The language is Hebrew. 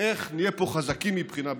איך נהיה פה חזקים מבחינה ביטחונית.